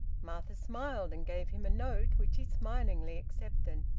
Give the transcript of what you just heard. martha smiled and gave him a note, which he smilingly accepted.